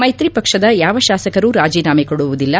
ಮೈತ್ರಿ ಪಕ್ಷದ ಯಾವ ಶಾಸಕರೂ ರಾಜೀನಾಮೆ ಕೊಡುವುದಿಲ್ಲ